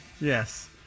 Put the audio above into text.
Yes